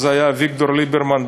היה אביגדור ליברמן,